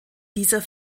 dieser